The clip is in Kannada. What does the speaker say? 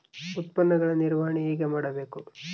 ಉತ್ಪನ್ನಗಳ ನಿರ್ವಹಣೆ ಹೇಗೆ ಮಾಡಬೇಕು?